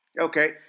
Okay